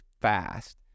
fast